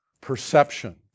perception